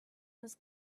was